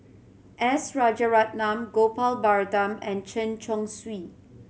S Rajaratnam Gopal Baratham and Chen Chong Swee